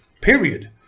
period